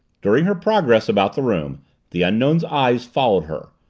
during her progress about the room the unknown's eyes followed her,